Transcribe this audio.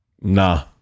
Nah